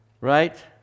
Right